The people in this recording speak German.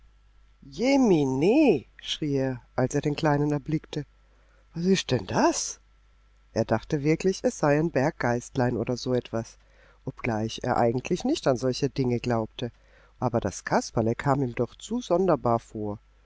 er als er den kleinen erblickte was ist denn das er dachte wirklich es sei ein berggeistlein oder so etwas obgleich er eigentlich nicht an solche dinge glaubte aber das kasperle kam ihm doch zu sonderbar vor